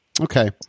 Okay